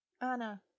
Anna